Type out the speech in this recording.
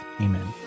Amen